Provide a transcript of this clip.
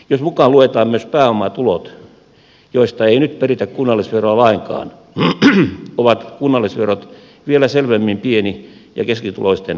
jos mukaan luetaan myös pääomatulot joista ei nyt peritä kunnallisveroa lainkaan ovat kunnallisverot vielä selvemmin pieni ja keskituloisten varassa